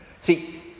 See